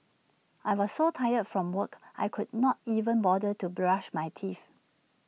I was so tired from work I could not even bother to brush my teeth